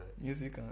music